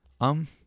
Um